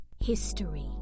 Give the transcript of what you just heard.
history